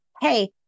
hey